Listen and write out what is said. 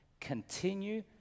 continue